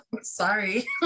sorry